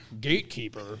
Gatekeeper